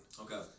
okay